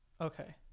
Okay